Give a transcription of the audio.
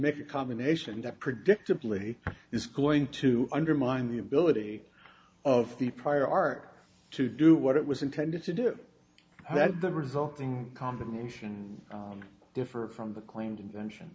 make a combination that predictably is going to undermine the ability of the prior art to do what it was intended to do that the resulting compensation differ from the claimed invention